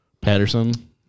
Patterson